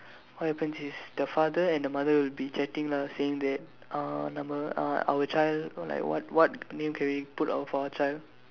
what happens is the father and the mother will be chatting lah saying that uh nama uh our child know like what what name can we put our for our child